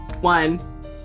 one